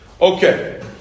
Okay